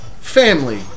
family